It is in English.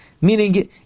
Meaning